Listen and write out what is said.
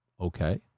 Okay